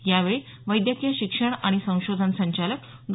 यावेळी वैद्यकीय शिक्षण आणि संशोधन संचालक डॉ